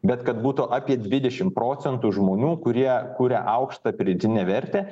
bet kad būtų apie dvidešim procentų žmonių kurie kuria aukštą pridėtinę vertę